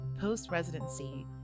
post-residency